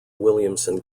williamson